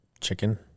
Chicken